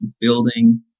building